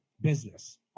business